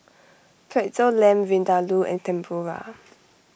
Pretzel Lamb Vindaloo and Tempura